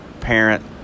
parent